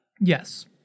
Yes